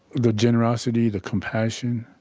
the generosity, the compassion,